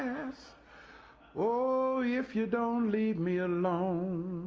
ass oh, if you don't leave me alone,